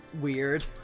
weird